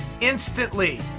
instantly